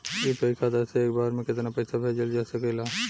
UPI खाता से एक बार म केतना पईसा भेजल जा सकेला?